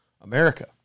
America